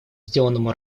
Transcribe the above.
сделанному